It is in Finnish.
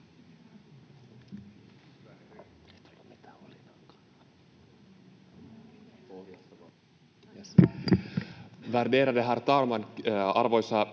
kiitos